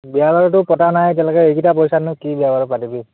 বিয়া বাৰুতো পতা নাই বাৰু এতিয়ালৈকে এইকেইটা পইচাতনো কি বিয়া বাৰু পাতিবি